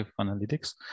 analytics